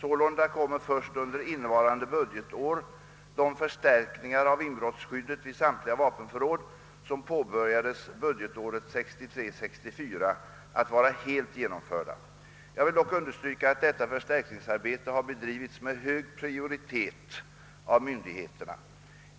Sålunda kommer först under innevarande budgetår de förstärkningar av inbrottsskyddet vid samtliga vapenförråd som påbörjades budgetåret 1963/64 att vara helt genomförda. Jag vill dock understryka att detta förstärkningsarbete har bedrivits med hög prioritet av myndigheterna.